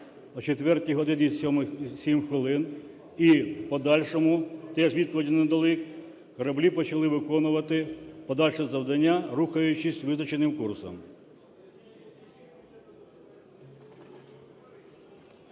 о 4 годині 7 хвилин, і в подальшому теж відповіді не надали, кораблі почали виконувати подальше завдання, рухаючись визначеним курсом.